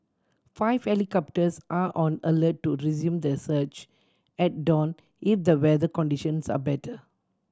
five helicopters are on alert to resume the search at dawn if the weather conditions are better